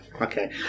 okay